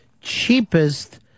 cheapest